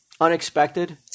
unexpected